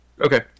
Okay